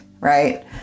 right